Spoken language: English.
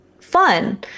fun